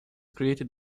created